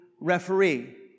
referee